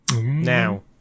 Now